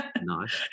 Nice